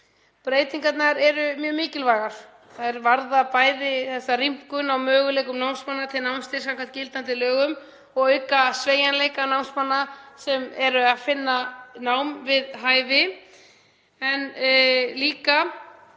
Breytingarnar eru mjög mikilvægar. Þær varða bæði rýmkun á möguleikum námsmanna til námsstyrks samkvæmt gildandi lögum og auka sveigjanleika námsmanna til að finna nám við hæfi